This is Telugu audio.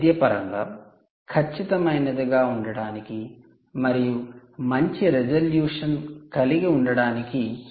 వైద్యపరంగా ఖచ్చితమైనదిగా ఉండటానికి మరియు మంచి రిజల్యూషన్ కలిగి ఉండటానికి నేను 0